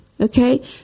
Okay